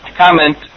comment